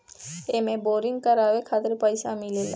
एमे बोरिंग करावे खातिर पईसा मिलेला